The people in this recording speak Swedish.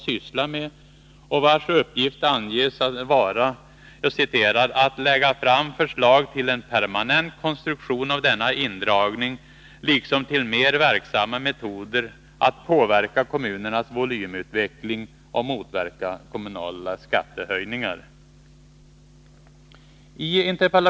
Dess uppgift anges vara ”att lägga fram förslag till en permanent konstruktion av denna indragning liksom till mer verksamma metoder att påverka kommunernas volymutveckling och motverka kommunala skattehöjningar”.